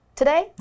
today